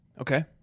Okay